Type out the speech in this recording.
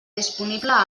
disponible